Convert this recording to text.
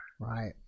Right